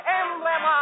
emblem